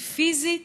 היא פיזית.